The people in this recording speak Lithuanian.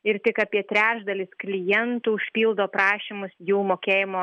ir tik apie trečdalis klientų užpildo prašymus jų mokėjimo